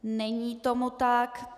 Není tomu tak.